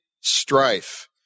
strife